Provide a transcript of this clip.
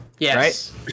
Yes